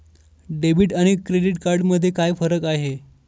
Debit आणि credit card मध्ये काय फरक आहे?